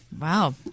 Wow